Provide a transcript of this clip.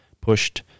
pushed